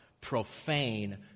profane